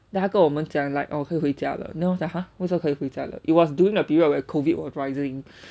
那个跟我们讲 like oh 可以回家了我:ke yi hui jiae le wo was like har 为什么可以回家了:wei shen me ke yi hui jiae le it was during a period of a cold it was rising so